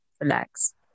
relax